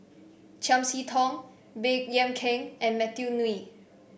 Chiam See Tong Baey Yam Keng and Matthew Ngui